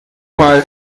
mal